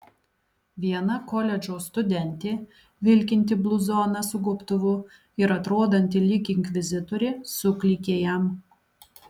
viena koledžo studentė vilkinti bluzoną su gobtuvu ir atrodanti lyg inkvizitorė suklykė jam